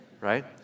right